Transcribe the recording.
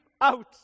out